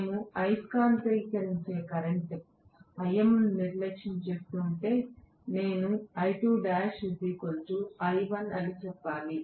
మేము అయస్కాంతీకరించే current Im ను నిర్లక్ష్యం చేస్తుంటే నేను అని చెప్పాలి